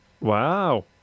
Wow